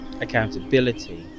accountability